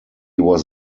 was